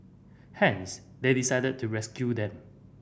hence they decided to rescue them